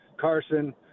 Carson